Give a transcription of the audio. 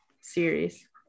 series